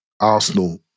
Arsenal